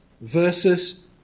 versus